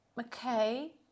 Okay